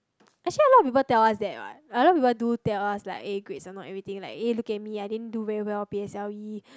actually a lot of people tell us that what a lot of people do tell us like eh grades are not everything like eh look at me I didn't do very well P_S_L_E